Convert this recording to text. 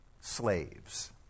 slaves